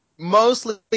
Mostly